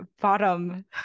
bottom